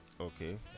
Okay